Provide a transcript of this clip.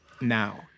now